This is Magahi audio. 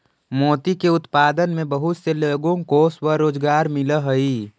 मोती के उत्पादन में बहुत से लोगों को स्वरोजगार मिलअ हई